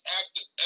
active